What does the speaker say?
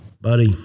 Buddy